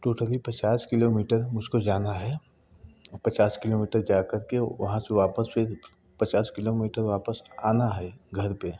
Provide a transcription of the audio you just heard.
totally पचास kilometre मुझको जाना है वो पचास किलोमीटर जाकर के वहाँ से वापस फिर पचास किलोमीटर वापस आना है घर पे